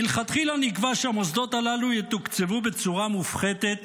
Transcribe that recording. מלכתחילה נקבע שהמוסדות הללו יתוקצבו בצורה מופחתת